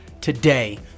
today